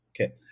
okay